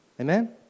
Amen